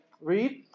Read